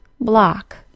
block